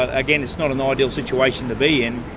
again, it's not an ideal situation to be in,